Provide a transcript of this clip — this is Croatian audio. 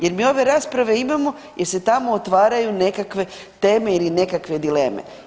Jer mi ovdje rasprave imamo jer se tamo otvaraju nekakve teme ili nekakve dileme.